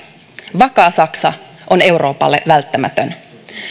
vakaa saksa on euroopalle välttämätön